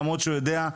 למרות שהוא יודע,